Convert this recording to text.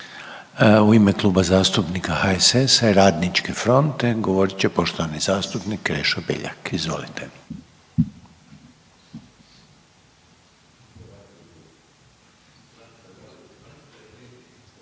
U ime Kluba zastupnika HSS-a i RF, govorit će poštovani zastupnik Krešo Beljak, izvolite.